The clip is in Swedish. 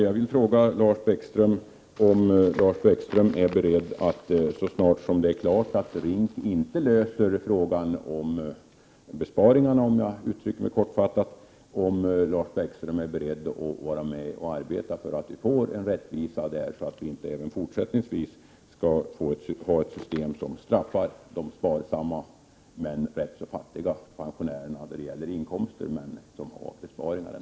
Jag vill fråga Lars Bäckström om han är beredd — om RINK inte löser problemet med besparingarna — att vara med och arbeta för rättvisa så att vi inte även fortsättningsvis har ett system som straffar de pensionärer som har besparingar men som är rätt så fattiga om man ser till inkomsten.